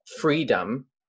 freedom